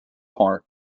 part